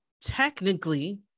technically